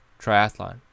triathlon